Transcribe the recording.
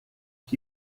chi